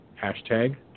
Hashtag